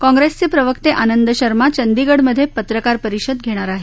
काँग्रेसचे प्रवक्ते आनंद शर्मा चंदीगडमधे पत्रकार परिषद घेणार आहेत